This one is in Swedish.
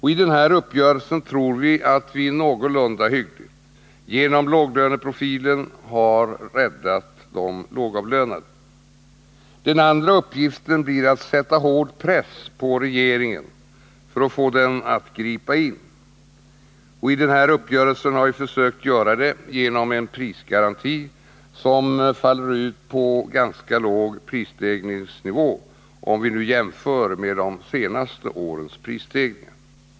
I den här uppgörelsen tror vi att vi någorlunda hyggligt, genom låglöneprofilen, har räddat de lågavlönade. Den andra uppgiften blir att sätta hård press på regeringen för att få den att gripa in. I den här uppgörelsen har vi försökt göra det genom en prisgaranti som faller ut på ganska låg prisstegringsnivå, om vi jämför med de senaste årens prisstegringar.